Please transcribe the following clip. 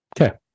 Okay